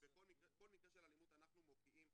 כל מקרה של אלימות אנחנו מוקיעים,